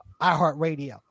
iHeartRadio